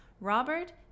Robert